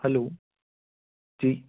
hello जी